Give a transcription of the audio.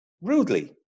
Rudely